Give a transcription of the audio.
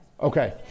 Okay